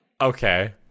Okay